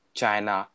China